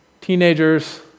Teenagers